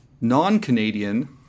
non-Canadian